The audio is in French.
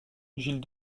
gilles